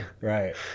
Right